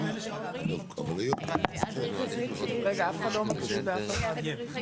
רגע, אף אחד לא מקשיב לאף אחד.